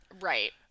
Right